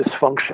dysfunction